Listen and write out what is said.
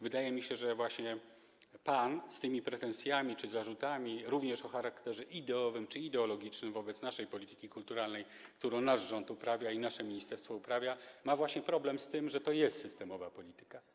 Wydaje mi się, że pan z tymi pretensjami czy zarzutami, również o charakterze ideowym czy ideologicznym wobec naszej polityki kulturalnej, którą nasz rząd i nasze ministerstwo uprawiają, ma właśnie problem z tym, że to jest systemowa polityka.